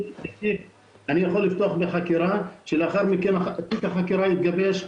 אני יכול לפתוח בחקירה שלאחר מכן תיק החקירה יתגבש,